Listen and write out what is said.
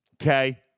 okay